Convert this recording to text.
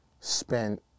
spend